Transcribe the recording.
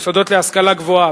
מוסדות להשכלה גבוהה,